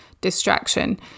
distraction